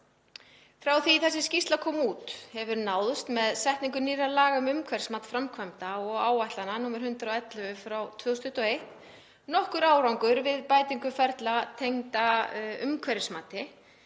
Frá því að þessi skýrsla kom út hefur náðst með setningu nýrra laga um umhverfismat framkvæmda og áætlana, nr. 111/2021, nokkur árangur við bætingu ferla tengda umhverfismati